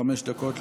חמש דקות לרשותה.